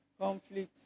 conflicts